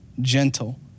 gentle